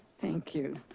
thank you,